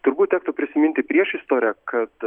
turbūt tektų prisiminti priešistorę kad